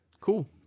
Cool